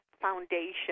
foundation